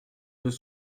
deux